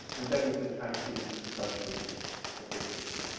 and that is the case in the social insects, effectively.